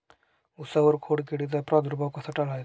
उसावर खोडकिडीचा प्रादुर्भाव कसा टाळायचा?